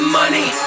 money